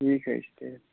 ٹھیٖک حظ چھُ تیٚلہِ